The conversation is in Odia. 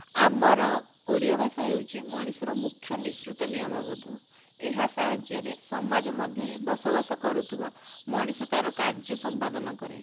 ଆମର ଓଡ଼ିଆ ଭାଷା ହେଉଛି ମଣିଷ ର ମୁଖ୍ୟ ନିସୃତ ନିୟମ ବୋଧ ଏହା ସାହାଯ୍ୟରେ ସମାଜ ମଧ୍ୟରେ ବସବାସ କରୁଥିବା ମଣିଷ ତାର କାର୍ଯ୍ୟ ସମ୍ପାଦନ କରେ